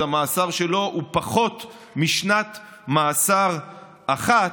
המאסר שלו הוא פחות משנת מאסר אחת,